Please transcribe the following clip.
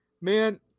man